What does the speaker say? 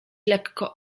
lekko